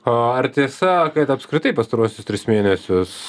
o ar tiesa kad apskritai pastaruosius tris mėnesius